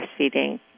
breastfeeding